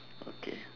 okay